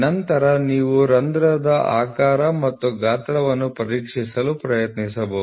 ನಂತರ ನೀವು ರಂಧ್ರದ ಆಕಾರ ಮತ್ತು ಗಾತ್ರವನ್ನು ಪರೀಕ್ಷಿಸಲು ಪ್ರಯತ್ನಿಸಬಹುದು